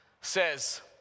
says